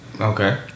Okay